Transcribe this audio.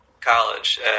college